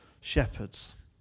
shepherds